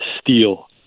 steel